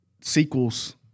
sequels